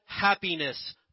happiness